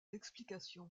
explications